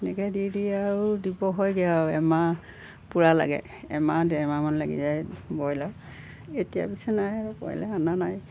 এনেকৈ দি দি আৰু দিব হয়গৈ আৰু এমাহ পূৰা লাগে এমাহ ডেৰমাহমান লাগি যায় ব্ৰইলাৰ এতিয়া পিছে নাই আৰু ব্ৰইলাৰ অনা নাই